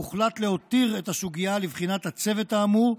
הוחלט להותיר את הסוגיה לבחינת הצוות האמור,